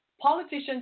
politicians